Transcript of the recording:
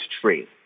tree